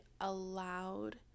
allowed